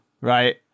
right